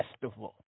Festival